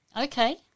Okay